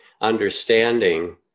understanding